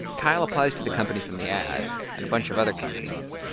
kyle applies to the company from the ad and a bunch of other companies.